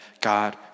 God